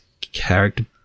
character